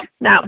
Now